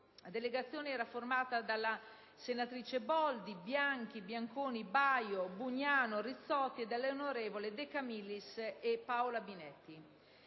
parlamentari era formata dalle senatrici Boldi, Bianchi, Bianconi, Baio, Bugnano e Rizzotti e dalle onorevoli De Camillis e Paola Binetti.